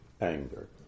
anger